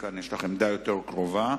עמדה יותר קרובה.